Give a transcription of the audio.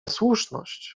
słuszność